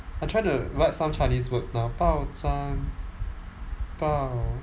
I'm trying to write some chinese words now 报章报